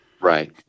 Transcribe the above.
Right